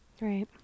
Right